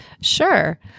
Sure